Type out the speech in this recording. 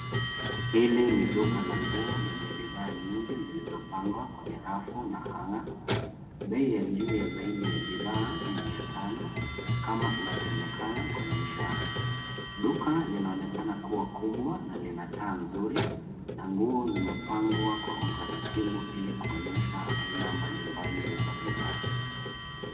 Hili ni duka la nguo lenye bidhaa nyingi zilizopangwa kwenye rafu na hanger . Bei ya juu ya zaidi ya bidhaa ni mia tano kama inavyoonekana kwenye ishara. Duka linaonekana kuwa kubwa na lina taa nzuri na nguo zimepangwa kwa utaratibu ili kuonyesha aina mbalimbali za bidhaa.